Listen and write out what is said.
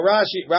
Rashi